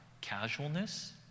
casualness